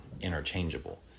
interchangeable